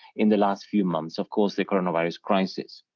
in the last few months of course, the corona virus crisis.